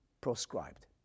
proscribed